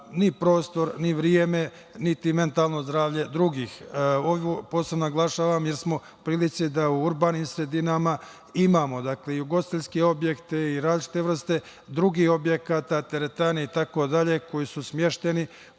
ni prostor, ni vreme, niti mentalno zdravlje drugih. Ovo posebno naglašavam, jer smo u prilici da u urbanim sredinama imamo i ugostiteljske objekte i različite vrste drugih objekata, teretane itd, koji su smešteni